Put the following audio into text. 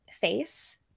face